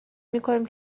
میکنیم